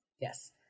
Yes